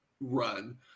run